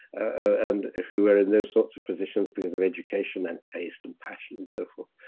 and if you were in their sort of positions because of education and taste and passion and so forth.